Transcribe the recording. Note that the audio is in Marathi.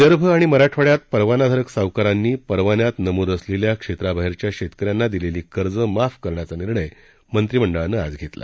विदर्भ आणि मराठवाड्यात परवानाधारक सावकारांनी परवान्यात नमूद असलेल्या क्षेत्राबाहेरच्या शेतकऱ्यांना दिलेली कर्ज माफ करण्याचा निर्णय मंत्रिमंडळानं आज घेतला